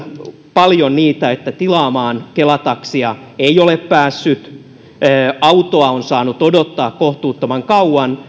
paljon sitä ettei ole päässyt tilaamaan kela taksia että autoa on saanut odottaa kohtuuttoman kauan